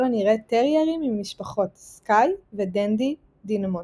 הנראה טריירים ממשפחות 'סקיי' ו'דנדי דינמונט'.